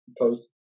post